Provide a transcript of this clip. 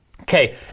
Okay